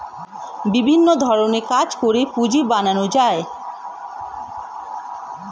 বিভিন্ন ধরণের কাজ করে পুঁজি বানানো যায়